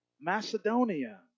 Macedonia